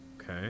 Okay